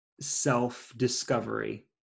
self-discovery